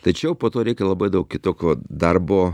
tačiau po to reikia labai daug kitokio darbo